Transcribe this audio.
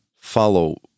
follow